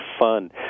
fun